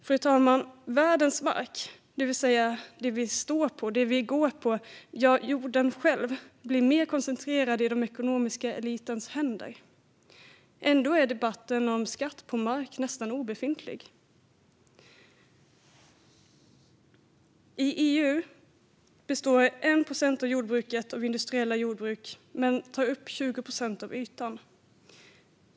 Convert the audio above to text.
Fru talman! Världens mark, det vill säga det vi går och står på - ja, jorden själv - blir alltmer koncentrerad i den ekonomiska elitens händer. Ändå är debatten om skatt på mark nästan obefintlig. I EU består bara 1 procent av jordbruket av industriella jordbruk, men de tar upp 20 procent av ytan.